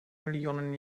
millionen